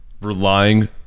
relying